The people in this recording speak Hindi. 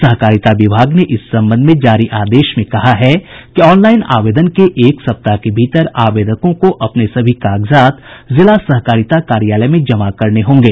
सहकारिता विभाग ने इस संबंध में जारी आदेश में कहा है कि ऑनलाईन आवेदन के एक सप्ताह के भीतर आवेदकों को अपने सभी कागजात जिला सहकारिता कार्यालय में जमा करने होंगे